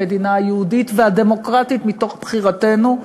המדינה היהודית והדמוקרטית מתוך בחירתנו,